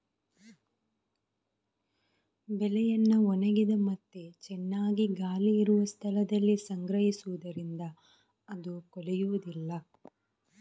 ಬೆಳೆಯನ್ನ ಒಣಗಿದ ಮತ್ತೆ ಚೆನ್ನಾಗಿ ಗಾಳಿ ಇರುವ ಸ್ಥಳದಲ್ಲಿ ಸಂಗ್ರಹಿಸುದರಿಂದ ಅದು ಕೊಳೆಯುದಿಲ್ಲ